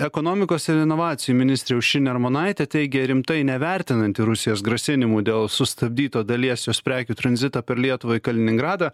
ekonomikos ir inovacijų ministrė aušrinė armonaitė teigė rimtai nevertinanti rusijos grasinimų dėl sustabdyto dalies jos prekių tranzitą per lietuvą į kaliningradą